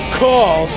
call